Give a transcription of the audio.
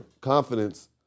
confidence